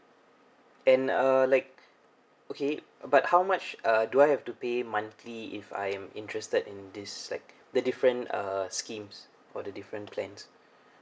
and uh like okay but how much uh do I have to pay monthly if I'm interested in this like the different uh schemes for the different plans